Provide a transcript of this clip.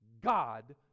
God